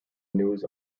news